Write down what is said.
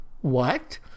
what